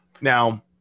Now